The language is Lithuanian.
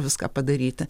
viską padaryti